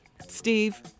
Steve